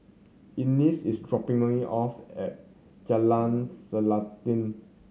Eunice is dropping me off at Jalan Selanting